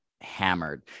hammered